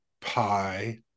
pie